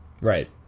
Right